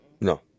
No